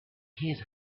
his